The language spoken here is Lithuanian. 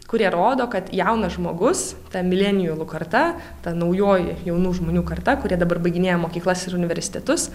kurie rodo kad jaunas žmogus ta milenijulų karta ta naujoji jaunų žmonių karta kurie dabar baiginėja mokyklas ir universitetus